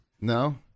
No